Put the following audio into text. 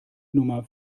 nummer